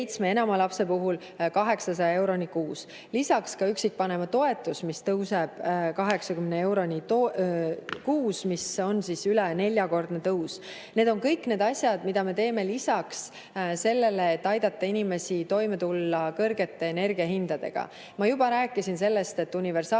enama lapse puhul 800 euroni kuus. Lisaks tõuseb ka üksikvanema toetus 80 euroni kuus, mis on üle neljakordne tõus. Need on kõik need asjad, mida me teeme lisaks sellele, et aidata inimestel toime tulla kõrgete energiahindadega. Ma juba rääkisin sellest, et universaalteenus